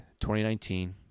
2019